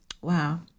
wow